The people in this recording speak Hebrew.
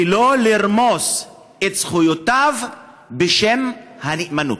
ולא לרמוס את זכויותיו בשם הנאמנות.